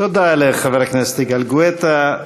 תודה לחבר הכנסת יגאל גואטה.